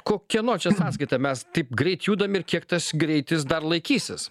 ko kieno čia sąskaita mes taip greit judam ir kiek tas greitis dar laikysis